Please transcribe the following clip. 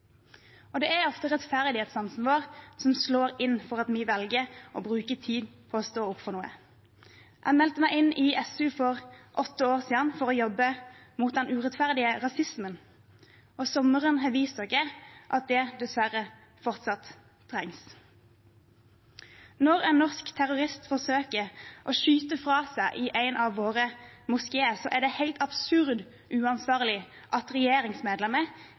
Det er ofte rettferdighetssansen vår som slår inn når vi velger å bruke tid på å stå opp for noe. Jeg meldte meg inn i SU, Sosialistisk Ungdom, for åtte år siden for å jobbe mot den urettferdige rasismen, og sommeren har vist oss at det dessverre fortsatt trengs. Når en norsk terrorist forsøker å skyte fra seg i en av våre moskeer, er det helt absurd uansvarlig at regjeringsmedlemmer